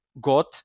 got